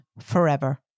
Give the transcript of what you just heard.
forever